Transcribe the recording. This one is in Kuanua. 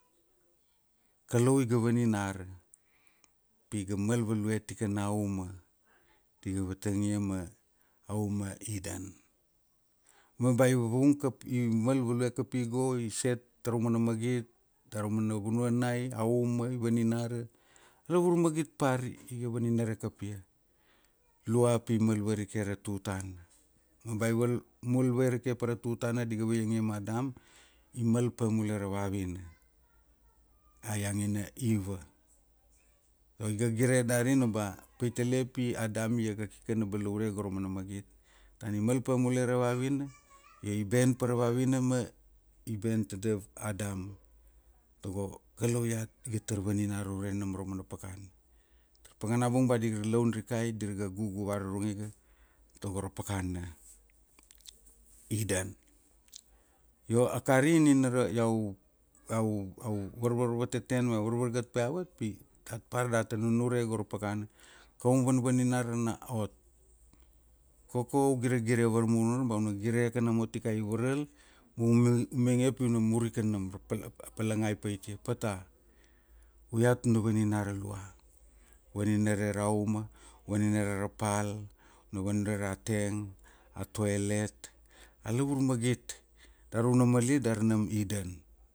Kalau iga vaninara, piga mal value tikana uma, di ga vatangia ma a uma iden. Ma ba i vung kap, i mal value kapi go i set taraumana magit daraumana vunuainai, aumana vaninara lavur magit par iga vaninare kapia lua pi mal varike ra tutana. Ma ba i mal mal varike pa ra tutana diga vaiangia ma Adam,i mal pa mule ra vavina, a iangina Iva. Ma i ga gire darina ba pitale pi Adam iakakika na balaure go ra umana magit, ta nina i mal pamule ra vavina i ben para vavina ma i ben tadav Adam, togo kalau iat iga tar vaninara ure nam raumana pakana. Pakana bung ba dir ga laun rika dir ga gugu varurung iga togo ra pakana Idan. Io a kari nina ra iau, iau, iau varvateten varvaragat pa iavat pi dat par data nunure go ra pakana. Koum vanvaninara na ot. Koko u gire gire varmur ba una gire nomo tikai i varal ma u mainge pi una mur ika nam ra pala- palanaga i paitia. Pata, u iat una vaninara lua. Vaninare ra uma, vaninere ra pal, una vaninere ra teng, a tuelet, a lavur magit dar una malia dar nam idan.